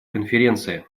конференции